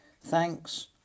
thanks